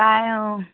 পায় অ'